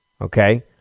Okay